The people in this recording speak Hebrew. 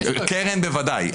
קרן בוודאי.